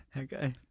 Okay